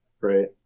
Great